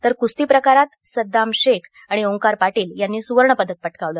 तर कुस्ती प्रकारात सद्दाम शेख आणि ओकार पाटील यांनी सुवर्णपदक पटकावलं